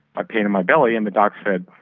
ah pain in my belly and the doctor said,